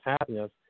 happiness